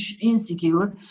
insecure